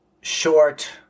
short